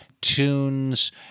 tunes